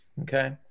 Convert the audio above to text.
okay